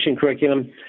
curriculum